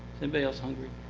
and but else hungry?